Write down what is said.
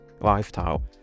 lifestyle